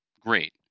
Great